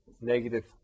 negative